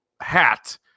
hat